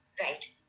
Right